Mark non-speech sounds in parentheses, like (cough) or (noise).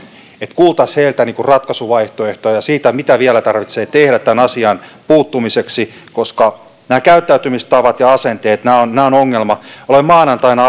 että kuultaisiin heiltä ratkaisuvaihtoehtoja siitä mitä vielä tarvitsee tehdä tähän asiaan puuttumiseksi koska nämä käyttäytymistavat ja asenteet ovat ongelma olen maanantaina (unintelligible)